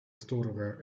astorga